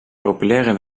populaire